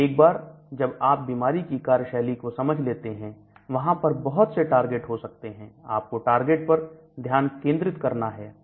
एक बार जब आप बीमारी की कार्यशैली को समझ लेते हैं वहां पर बहुत से टारगेट हो सकते हैं आपको टारगेट पर ध्यान केंद्रित करना है